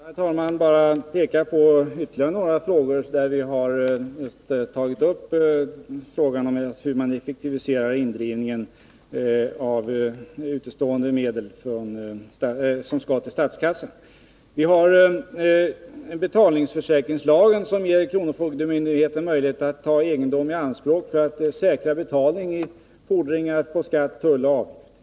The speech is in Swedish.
Herr talman! Jag vill bara peka på ytterligare några saker som gäller effektiviseringen av indrivningen av medel som skall gå till statskassan. Vi har betalningssäkringslagen som ger kronofogdemyndigheten möjlighet att ta egendom i anspråk för att säkerställa betalning av fordran på skatt, tull eller avgift.